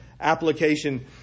application